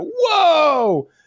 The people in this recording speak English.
whoa